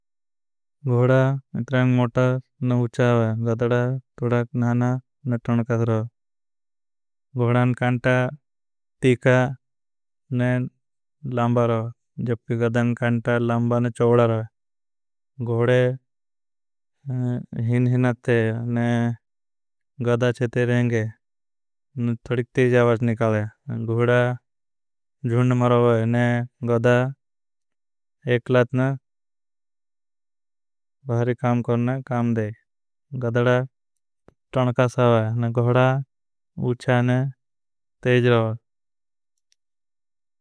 इत्राइन मोटा न उच्छा है। तोड़ाक नाना न तौनकादरो। कांटा तीका न लांबारो। गधान कांटा लांबा न चोड़ारो। हिन हिन अथे न गधा चेते रहेंगे न तोड़िकते जावज निकले। जुंड मरोगे न गधा एकलात न बाहरी काम करने काम दे। तोड़ाक न तौनकादरो। उच्छा न तेज रोगे।